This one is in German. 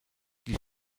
die